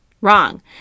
Wrong